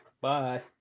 bye